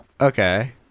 okay